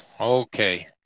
okay